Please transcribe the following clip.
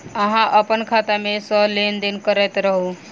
अहाँ अप्पन खाता मे सँ लेन देन करैत रहू?